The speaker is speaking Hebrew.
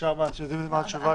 ישר גם יודעים מה התשובה.